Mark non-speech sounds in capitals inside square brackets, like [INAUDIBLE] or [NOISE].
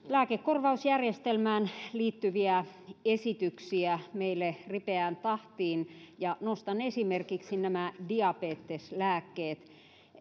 [UNINTELLIGIBLE] lääkekorvausjärjestelmään liittyviä esityksiä meille ripeään tahtiin ja nostan esimerkiksi diabeteslääkkeet